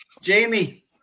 Jamie